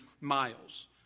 miles